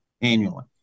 annually